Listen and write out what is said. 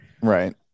Right